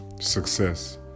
success